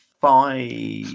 five